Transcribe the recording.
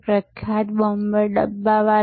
પ્રખ્યાત બોમ્બે ડબ્બાવાલા